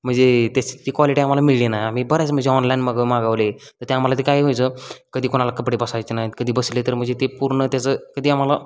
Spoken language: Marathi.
म्हणजे त्याच ती क्वालिटी आम्हाला मिळाली नाही आम्ही बऱ्याच म्हणजे ऑनलाईन मग मागवले तर ते आम्हाला ते काय व्हायचं कधी कोणाला कपडे बसायचे नाहीत कधी बसले तर म्हणजे ते पूर्ण त्याचं कधी आम्हाला